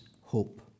hope